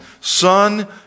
son